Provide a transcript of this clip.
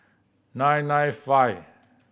nine nine five